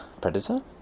predator